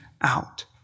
out